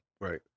Right